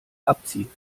abziehen